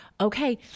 okay